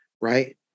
right